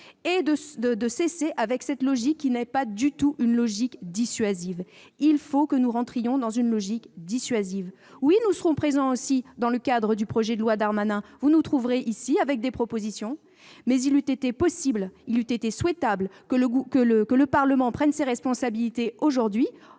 et faire cesser cette logique qui n'est pas du tout dissuasive. Or il faut que nous entrions dans une logique dissuasive ! Oui, nous serons présents lors de la discussion du projet de loi Darmanin. Vous nous trouverez ici même, avec des propositions. Mais il eût été possible, et souhaitable, que le Parlement prenne ses responsabilités aujourd'hui,